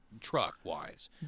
truck-wise